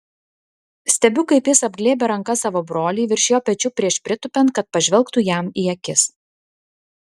stebiu kaip jis apglėbia ranka savo brolį virš jo pečių prieš pritūpiant kad pažvelgtų jam į akis